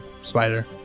spider